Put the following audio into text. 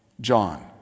John